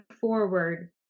forward